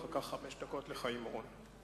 אחר כך חמש דקות לחיים אורון.